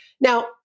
Now